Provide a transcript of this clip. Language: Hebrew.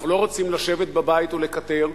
אנחנו לא רוצים לשבת בבית ולקטר.